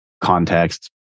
context